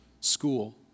school